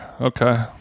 okay